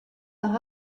par